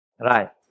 Right